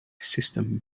system